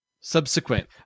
Subsequent